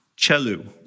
Chelu